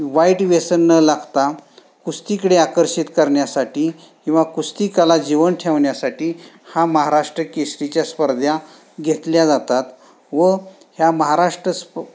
वाईट व्यसन न लागता कुस्तीकडे आकर्षित करण्यासाठी किंवा कुस्ती कला जीवंत ठेवण्यासाठी हा महाराष्ट्र केसरीच्या स्पर्धा घेतल्या जातात व ह्या महाराष्ट्र स्प